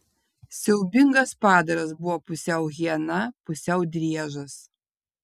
siaubingas padaras buvo pusiau hiena pusiau driežas